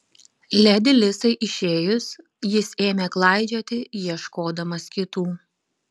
ledi lisai išėjus jis ėmė klaidžioti ieškodamas kitų